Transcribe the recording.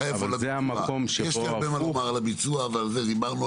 יש לי הרבה מה לומר על הביצוע, אבל על זה דיברנו.